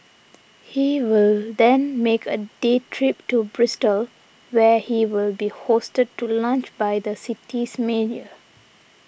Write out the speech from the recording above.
he will then make a day trip to Bristol where he will be hosted to lunch by the city's mayor